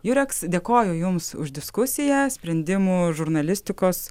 jurex dėkoju jums už diskusiją sprendimų žurnalistikos